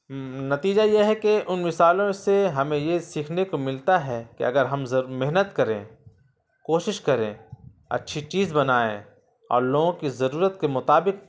نتیجہ یہ ہے کہ ان مثالوں سے ہمیں یہ سیکھنے کو ملتا ہے کہ اگر ہم محنت کریں کوشش کریں اچھی چیز بنائیں اور لوگوں کی ضرورت کے مطابق